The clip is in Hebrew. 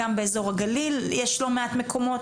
גם באזור הגליל יש לא מעט מקומות.